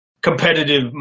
competitive